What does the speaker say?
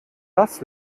das